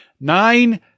Nine